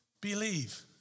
believe